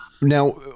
now